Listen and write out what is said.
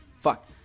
Fuck